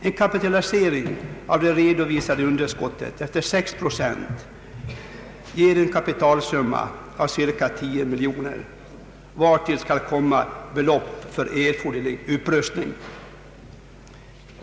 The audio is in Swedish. En kapitalisering av det redovisade underskottet efter sex procent ger en kapitalsumma av cirka 10 miljoner kronor, vartill skall komma belopp för erforderlig upprustning.